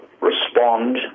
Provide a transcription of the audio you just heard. respond